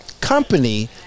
company